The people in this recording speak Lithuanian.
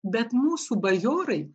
bet mūsų bajorai